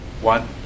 one